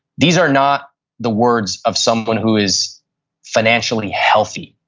these are not the words of someone who is financially healthy,